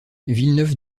villeneuve